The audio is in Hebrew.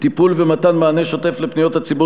טיפול במתן מענה שוטף לפניות הציבור